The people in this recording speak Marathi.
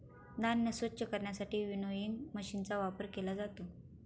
धान्य स्वच्छ करण्यासाठी विनोइंग मशीनचा वापर केला जातो